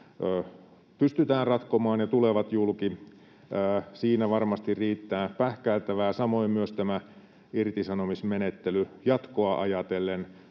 pystytään ratkomaan ja tulevat julki. Siinä varmasti riittää pähkäiltävää, samoin ajatellen tämän irtisanomismenettelyn jatkoa pääjohtajan